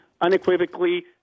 unequivocally